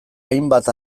hainbat